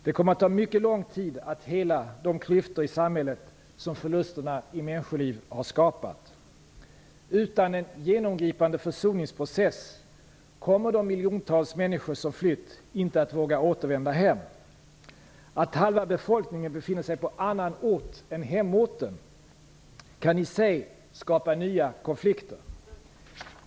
Det kommer att ta mycket lång tid att hela de klyftor i samhället som förlusterna i människoliv har skapat. Utan en genomgripande försoningsprocess kommer de miljontals människor som flytt inte att våga återvända hem. Att halva befolkningen befinner sig på annan ort än hemorten kan i sig skapa nya konflikter.